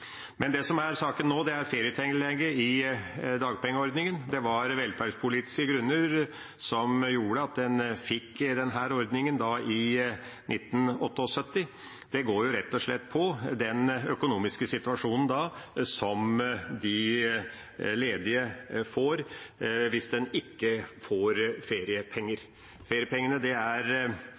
Men det som er saken nå, er ferietillegget i dagpengeordningen. Det var velferdspolitiske grunner som gjorde at en fikk denne ordningen i 1978. Det går rett og slett på den økonomiske situasjonen som de ledige får hvis en ikke får feriepenger. Feriepengene er